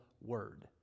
word